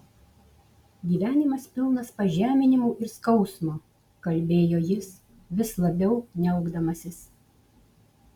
gyvenimas pilnas pažeminimų ir skausmo kalbėjo jis vis labiau niaukdamasis